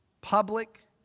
public